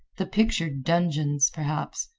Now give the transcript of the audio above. the pictured dungeons, perhaps,